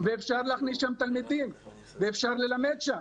ואפשר להכניס לשם תלמידים ואפשר ללמד שם.